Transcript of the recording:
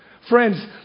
Friends